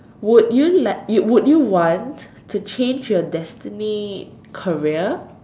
would you like y~ would you want to change your destiny career